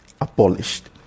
abolished